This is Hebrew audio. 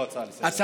לא הצעה לסדר-היום.